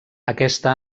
aquesta